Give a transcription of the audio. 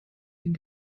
den